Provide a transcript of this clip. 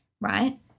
right